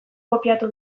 kopiatu